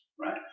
right